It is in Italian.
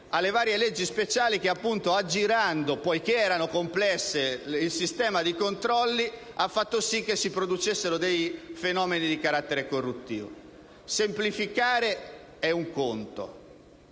Semplificare è un conto,